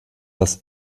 das